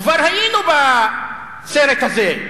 כבר היינו בסרט הזה.